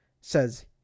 says